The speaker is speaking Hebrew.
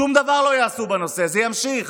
שום דבר לא יעשו בנושא, וזה ימשיך,